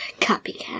Copycat